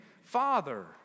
Father